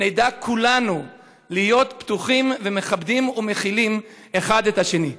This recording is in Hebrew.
ונדע כולנו להיות פתוחים ומכבדים ומכילים אחד את השני.